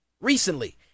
Recently